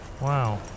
Wow